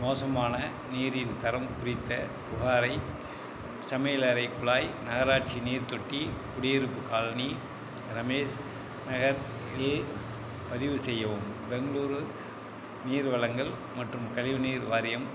மோசமான நீரின் தரம் குறித்தப் புகாரை சமைலறைக் குழாய் நகராட்சி நீர்த்தொட்டி குடியிருப்புக் காலனி ரமேஷ் நகர் இல் பதிவு செய்யவும் பெங்களூரு நீர் வழங்கல் மற்றும் கழிவு நீர் வாரியம்